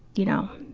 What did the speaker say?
you know,